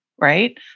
Right